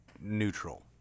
neutral